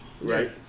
Right